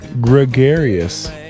gregarious